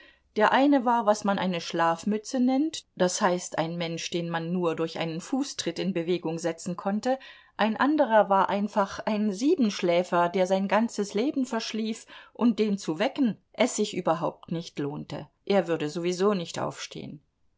der eine war was man eine schlafmütze nennt das heißt ein mensch dem man nur durch einen fußtritt in bewegung setzen konnte ein anderer war einfach ein siebenschläfer der sein ganzes leben verschlief und den zu wecken es sich überhaupt nicht lohnte er würde sowieso nicht aufstehen